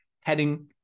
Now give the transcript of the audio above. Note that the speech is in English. heading